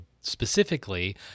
specifically